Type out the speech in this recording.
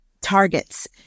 targets